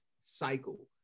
cycle